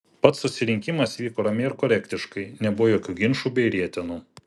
pats susirinkimas vyko ramiai ir korektiškai nebuvo jokių ginčų bei rietenų